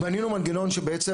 בנינו מנגנון כי בעצם,